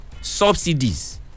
subsidies